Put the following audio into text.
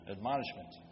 Admonishment